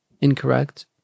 incorrect